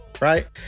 Right